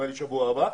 בשבוע הבא.